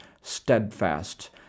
steadfast